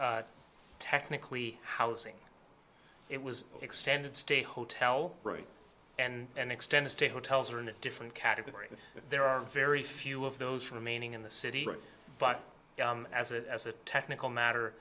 technically housing it was extended stay hotel and extended stay hotels are in a different category there are very few of those for meaning in the city but as a as a technical matter